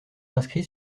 inscrit